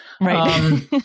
Right